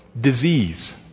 disease